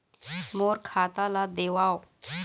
मोर खाता ला देवाव?